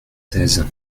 seize